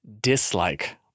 dislike